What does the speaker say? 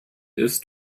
ist